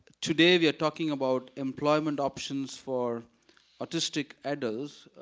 today we are talking about employment options for autistic adults,